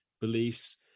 beliefs